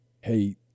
hey